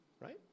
right